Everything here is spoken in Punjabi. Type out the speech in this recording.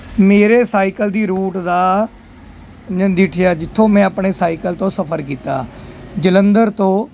ਮੇਰੇ ਸਾਈਕਲ ਦੀ ਰੂਟ ਦਾ ਨਜੀਠੀਆ ਜਿੱਥੋਂ ਮੈਂ ਆਪਣੇ ਸਾਈਕਲ ਤੋਂ ਸਫਰ ਕੀਤਾ ਜਲੰਧਰ ਤੋਂ